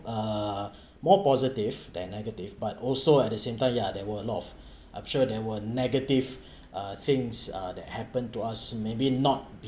uh more positive than negative but also at the same time ya there were a lot of I'm sure there were negative uh things uh that happen to us maybe not